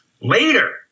Later